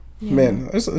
man